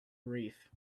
reef